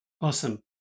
Awesome